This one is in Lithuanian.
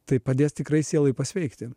tai padės tikrai sielai pasveikti